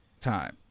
time